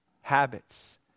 habits